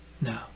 no